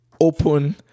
open